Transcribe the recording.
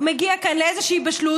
מגיע כאן לאיזושהי בשלות,